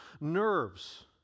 nerves